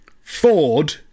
Ford